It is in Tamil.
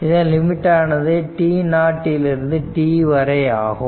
இதன் லிமிட் ஆனது t0 முதல் t வரை ஆகும்